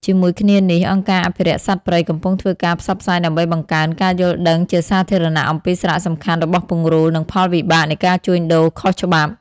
ជាមួយគ្នានេះ អង្គការអភិរក្សសត្វព្រៃកំពុងធ្វើការផ្សព្វផ្សាយដើម្បីបង្កើន ការយល់ដឹងជាសាធារណៈ អំពីសារៈសំខាន់របស់ពង្រូល និងផលវិបាកនៃការជួញដូរខុសច្បាប់។